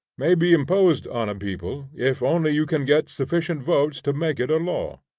may be imposed on a people if only you can get sufficient voices to make it a law.